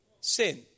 sin